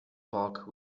bulk